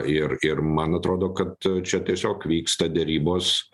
ir ir man atrodo kad čia tiesiog vyksta derybos